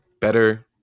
better